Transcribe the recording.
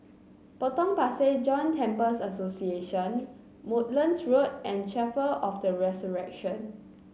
Potong Pasir Joint Temples Association Woodlands Road and Chapel of The Resurrection